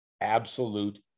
absolute